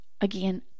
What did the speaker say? Again